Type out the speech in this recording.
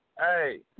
Hey